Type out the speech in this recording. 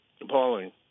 appalling